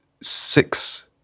six